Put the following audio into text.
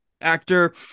actor